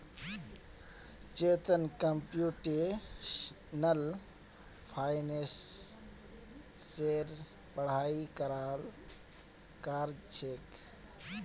Chetan computational फाइनेंसेर पढ़ाई कर छेक